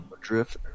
drift